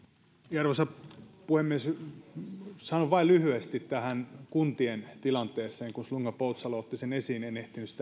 arvoisa puhemies sanon vain lyhyesti tähän kuntien tilanteeseen kun slunga poutsalo otti sen esiin en ehtinyt